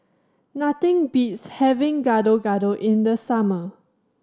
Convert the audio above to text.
nothing beats having Gado Gado in the summer